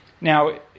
Now